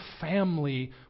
family